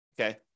Okay